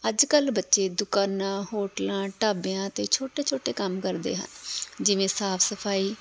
ਅੱਜ ਕੱਲ੍ਹ ਬੱਚੇ ਦੁਕਾਨਾਂ ਹੋਟਲਾਂ ਢਾਬਿਆਂ 'ਤੇ ਛੋਟੇ ਛੋਟੇ ਕੰਮ ਕਰਦੇ ਹਨ ਜਿਵੇਂ ਸਾਫ਼ ਸਫ਼ਾਈ